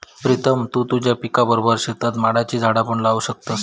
प्रीतम तु तुझ्या पिकाबरोबर शेतात माडाची झाडा पण लावू शकतस